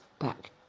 back